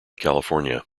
california